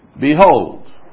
Behold